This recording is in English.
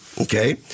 okay